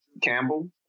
Campbell